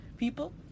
People